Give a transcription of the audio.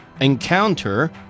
encounter